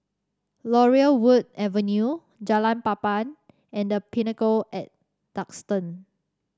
Laurel Wood Avenue Jalan Papan and The Pinnacle at Duxton